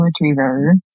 retriever